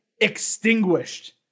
extinguished